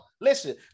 Listen